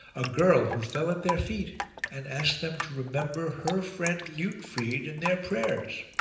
a girl who fell at their feet and asked them to remember her friend liutfrid in their prayers.